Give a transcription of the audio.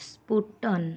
ସ୍ପ୍ପୁଟନ୍